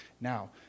now